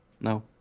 No